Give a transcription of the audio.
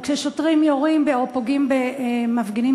או כששוטרים יורים או פוגעים במפגינים